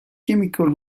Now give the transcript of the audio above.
chemical